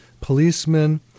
policemen